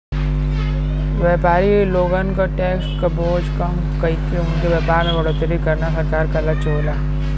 व्यापारी लोगन क टैक्स क बोझ कम कइके उनके व्यापार में बढ़ोतरी करना सरकार क लक्ष्य होला